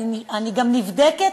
אני גם נבדקת,